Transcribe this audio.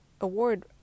award